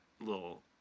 little